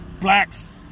blacks